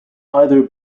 either